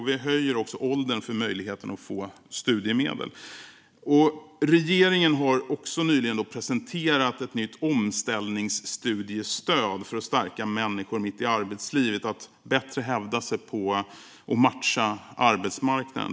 Vi höjer även åldern för möjligheten att få studiemedel. Regeringen har också nyligen presenterat ett nytt omställningsstudiestöd för att stärka människor mitt i arbetslivet att bättre hävda sig på och matcha arbetsmarknaden.